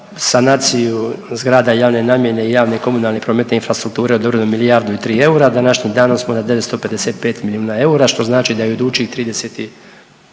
sanaciju zgrada javne nabave i javne komunalne i prometne infrastrukture odobreno je milijardu i tri eura, današnjim danom smo na 955 milijuna eura što znači da u idućih 35